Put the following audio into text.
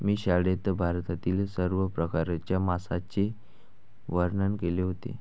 मी शाळेत भारतातील सर्व प्रकारच्या माशांचे वर्णन केले होते